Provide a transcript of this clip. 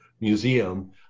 Museum